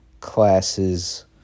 classes